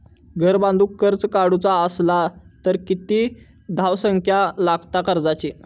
घर बांधूक कर्ज काढूचा असला तर किती धावसंख्या लागता कर्जाची?